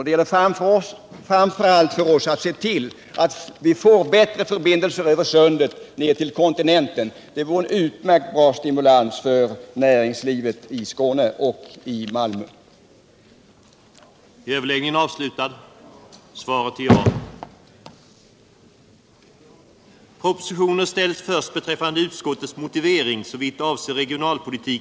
Det gäller framför allt att se till att vi får bättre förbindelser över sundet ner till kontinenten. Det vore en utmärkt stimulans fär näringslivet i Malmö och det övriga Skåne.